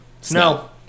snow